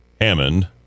Hammond